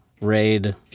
RAID